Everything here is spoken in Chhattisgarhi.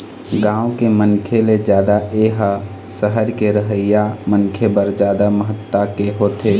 गाँव के मनखे ले जादा ए ह सहर के रहइया मनखे बर जादा महत्ता के होथे